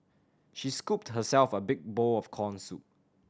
she scooped herself a big bowl of corn soup